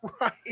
Right